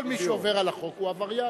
כל מי שעובר על החוק הוא עבריין.